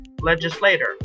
legislator